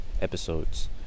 episodes